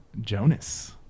Jonas